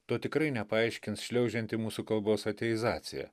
to tikrai nepaaiškins šliaužianti mūsų kalbos ateizacija